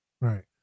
Right